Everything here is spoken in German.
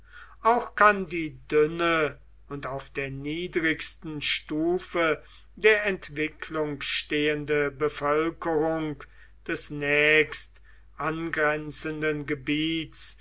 auch kann die dünne und auf der niedrigsten stufe der entwicklung stehende bevölkerung des nächst angrenzenden gebiets